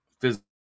physical